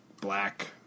black